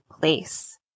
place